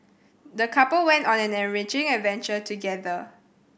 the couple went on an enriching adventure together